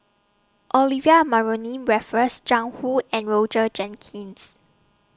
Olivia Mariamne Raffles Jiang Hu and Roger Jenkins